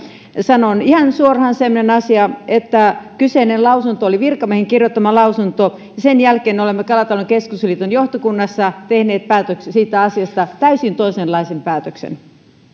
sanon ihan suoraan semmoisen asian että kyseinen lausunto oli virkamiehen kirjoittama lausunto ja sen jälkeen olemme kalatalouden keskusliiton johtokunnassa tehneet siitä asiasta täysin toisenlaisen päätöksen